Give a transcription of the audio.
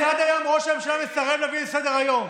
כי עד היום ראש הממשלה מסרב להעלות את זה לסדר-היום,